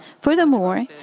Furthermore